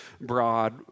broad